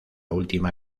última